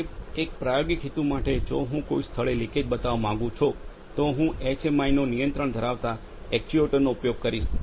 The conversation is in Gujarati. સાહેબ એક પ્રાયોગિક હેતુ માટે જો હું કોઈ સ્થળે લિકેજ બતાવવા માંગું છું તો હું એચએમઆઈનો નિયંત્રણ ધરાવતા એક્ચ્યુએટર્સનો ઉપયોગ કરીશ